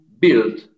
build